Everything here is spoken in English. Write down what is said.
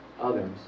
others